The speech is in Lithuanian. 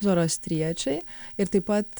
zorostriečiai ir taip pat